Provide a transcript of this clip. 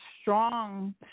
strong